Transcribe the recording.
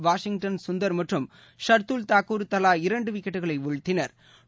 Washington Sundar மற்றும் சா்தூல் தாக்கூர் தவா இரண்டுவிக்கெட்டுகளைவீழ்த்தினா்